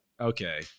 okay